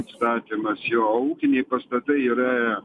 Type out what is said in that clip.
atstatymas jo ūkiniai pastatai yra